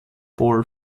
paul